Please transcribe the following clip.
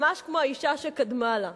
ממש כמו האשה שקדמה לה.